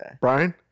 Brian